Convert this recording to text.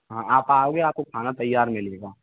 हाँ आप आओगे आपको खाना तैयार मिलेगा